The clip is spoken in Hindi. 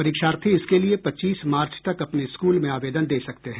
परीक्षार्थी इसके लिए पच्चीस मार्च तक अपने स्कूल में आवेदन दे सकते हैं